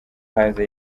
hanze